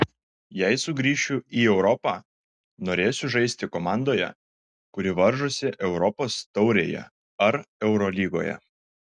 jei sugrįšiu į europą norėsiu žaisti komandoje kuri varžosi europos taurėje ar eurolygoje